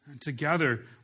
Together